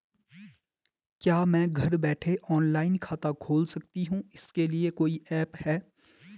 क्या मैं घर बैठे ऑनलाइन खाता खोल सकती हूँ इसके लिए कोई ऐप है?